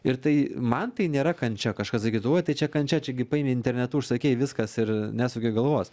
ir tai man tai nėra kančia kažkas sakytų uoi tai čia kančia čia gi paėmei internetu užsakei viskas ir nesuki galvos